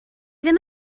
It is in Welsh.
ddim